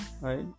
right